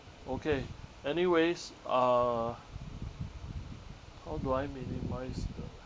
okay anyways uh how do I minimise the